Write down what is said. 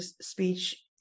speech